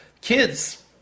Kids